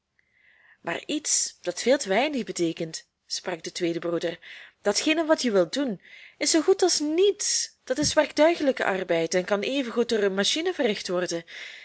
maar iets dat veel te weinig beteekent sprak de tweede broeder datgene wat je wilt doen is zoo goed als niets dat is werktuigelijke arbeid en kan even goed door een machine verricht worden